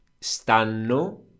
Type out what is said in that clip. stanno